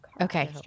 Okay